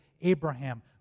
Abraham